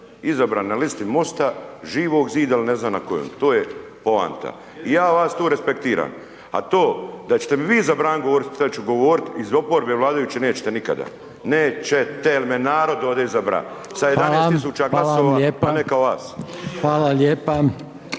izabrani na listi MOST-a, Živog Zida ili ne znam na kojem, to je poanta i ja vas tu respektiram. A to da ćete mi vi zabraniti govoriti šta ću govoriti iz oporbe vladajuće, nećete nikada. Nećete, jel me je narod ovdje izabra…/Upadica: Hvala/…sa 11 000 glasova…/Upadica: Hvala vam